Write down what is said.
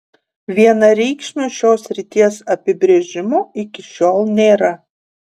vienareikšmio šios srities apibrėžimo iki šiol nėra